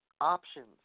options